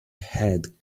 head